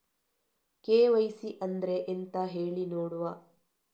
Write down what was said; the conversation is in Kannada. ಕೆ.ವೈ.ಸಿ ಅಂದ್ರೆ ಎಂತ ಹೇಳಿ ನೋಡುವ?